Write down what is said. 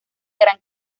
gran